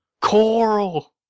Coral